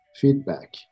feedback